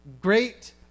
great